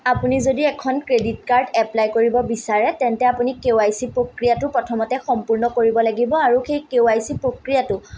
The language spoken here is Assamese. আপুনি যদি এখন ক্ৰেডিট কাৰ্ড এপ্লাই কৰিব বিচাৰে তেন্তে আপুনি কে ৱাই চি প্ৰক্ৰিয়াটো প্ৰথমতে সম্পূৰ্ণ কৰিব লাগিব আৰু সেই কে ৱাই চি প্ৰক্ৰিয়াটো